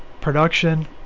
production